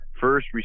first